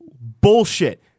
bullshit